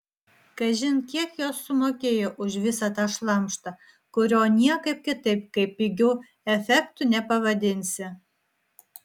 kažin kiek jos sumokėjo už visą tą šlamštą kurio niekaip kitaip kaip pigiu efektu nepavadinsi